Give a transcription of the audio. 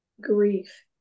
grief